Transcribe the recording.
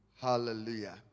Hallelujah